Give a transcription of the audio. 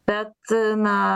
bet na